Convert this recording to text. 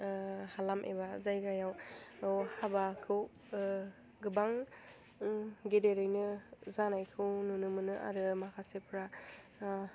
हालाम एबा जायगायाव न'वाव हाबाखौ गोबां गेदेरैनो जानायखौ नुनो मोनो आरो माखासेफ्रा